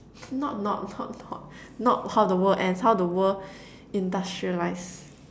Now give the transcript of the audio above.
not not not not not how the world ends how the world industrialize